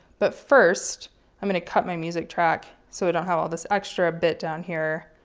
but first i'm going to cut my music track so i don't have ah this extra bit down here.